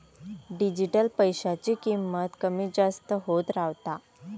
digital पैशाची किंमत कमी जास्त होत रव्हता